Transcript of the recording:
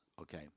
Okay